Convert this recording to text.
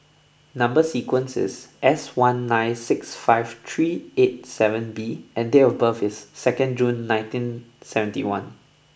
Number sequence is S one nine six five three eight seven B and date of birth is second June nineteen seventy one